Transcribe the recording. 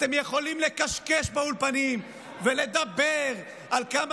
אתם יכולים לקשקש באולפנים ולדבר על כמה